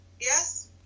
yes